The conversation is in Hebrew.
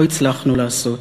לא הצלחנו לעשות,